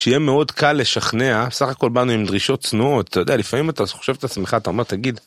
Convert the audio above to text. שיהיה מאוד קל לשכנע סך הכל באנו עם דרישות צנועות אתה יודע לפעמים אתה חושב את עצמך אתה אומר תגיד.